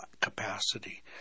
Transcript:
capacity